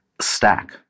stack